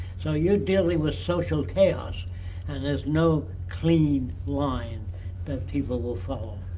so you're dealing with social chaos and there's no clean line that people will follow.